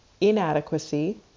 inadequacy